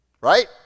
right